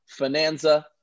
finanza